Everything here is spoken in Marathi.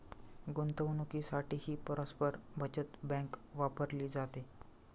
गुंतवणुकीसाठीही परस्पर बचत बँक वापरली जाते